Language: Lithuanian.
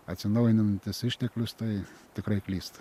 atsinaujinantis išteklius tai tikrai klysta